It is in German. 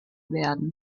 werden